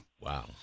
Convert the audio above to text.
Wow